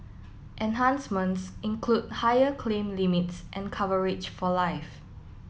enhancements include higher claim limits and coverage for life